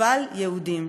אבל יהודים.